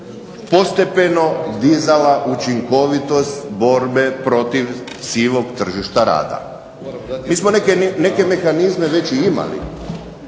postepeno dizala učinkovitost borbe protiv sivog tržišta rada. Mi smo neke mehanizme već i imali,